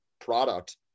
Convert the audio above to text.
product